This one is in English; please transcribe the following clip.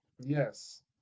Yes